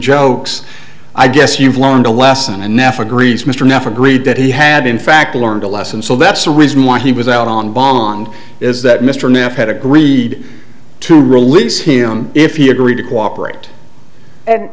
jokes i guess you've learned a lesson and nephi agrees mr enough agreed that he had in fact learned a lesson so that's the reason why he was out on bond is that mr knapp had agreed to release him if he agreed to cooperate and